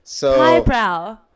Highbrow